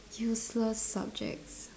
useless subjects